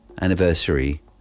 anniversary